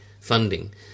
funding